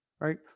right